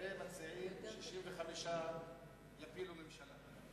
הרי הם מציעים ש-65 יפילו ממשלה.